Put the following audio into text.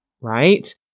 right